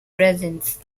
presence